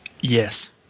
Yes